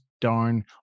darn